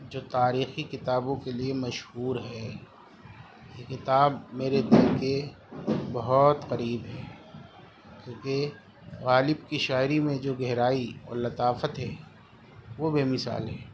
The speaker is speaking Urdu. جو تاریخی کتابوں کے لیے مشہور ہے یہ کتاب میرے دل کے بہت قریب ہے کیونکہ غالب کی شاعری میں جو گہرائی اور لطافت ہے وہ بےمثال ہے